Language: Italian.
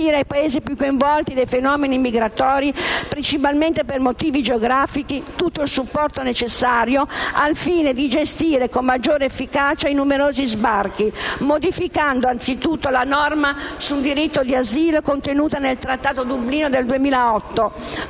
ai Paesi più coinvolti dai fenomeni migratori, principalmente per motivi geografici, tutto il supporto necessario al fine di gestire con maggiore efficacia i numerosi sbarchi, modificando anzitutto la norma sul diritto di asilo contenuta nel Regolamento di Dublino del 2008,